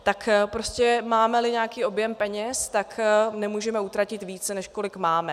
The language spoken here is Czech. Tak prostě mámeli nějaký objem peněz, tak nemůžeme utratit více, než kolik máme.